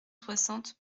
soixante